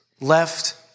left